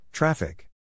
Traffic